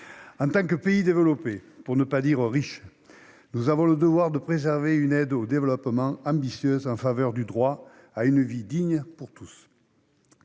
En tant que pays développé, pour ne pas dire riche, nous avons le devoir de préserver une aide au développement ambitieuse, en faveur du droit à une vie digne pour tous.